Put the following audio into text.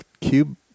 cube